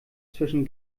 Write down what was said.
zwischen